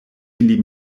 ili